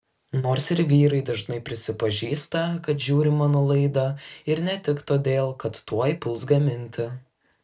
nors ir vyrai dažnai prisipažįsta kad žiūri mano laidą ir ne tik todėl kad tuoj puls gaminti